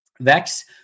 Vex